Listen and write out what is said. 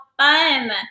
fun